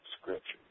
scripture